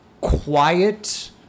quiet